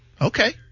okay